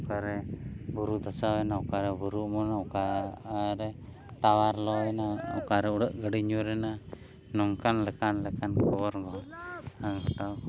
ᱚᱠᱟᱨᱮ ᱵᱩᱨᱩ ᱫᱷᱟᱥᱟᱣᱮᱱᱟ ᱚᱠᱟᱨᱮ ᱵᱩᱨᱩ ᱚᱠᱟᱨᱮ ᱴᱟᱣᱟᱨ ᱞᱚᱭᱮᱱᱟ ᱚᱠᱟᱨᱮ ᱩᱰᱟᱹᱜ ᱜᱟᱹᱰᱤ ᱧᱩᱨᱮᱱᱟ ᱱᱚᱝᱠᱟᱱ ᱞᱮᱠᱟᱱ ᱞᱮᱠᱟᱱ ᱠᱷᱚᱵᱚᱨ ᱦᱚᱸ